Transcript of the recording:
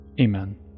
Amen